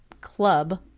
club